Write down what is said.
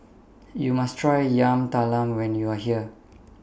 YOU must Try Yam Talam when YOU Are here